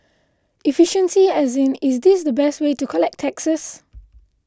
efficiency as in is this the best way to collect taxes